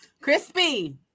Crispy